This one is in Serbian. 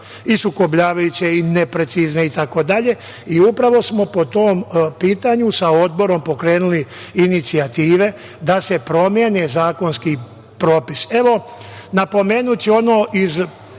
i sukobljavajuće, neprecizne, itd. i upravo smo po tom pitanju sa Odborom pokrenuli inicijative da se promene zakonski